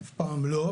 אף פעם לא.